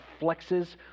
flexes